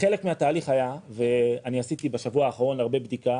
חלק מהתהליך ואני עשיתי בשבוע האחרון הרבה בדיקה